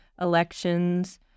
elections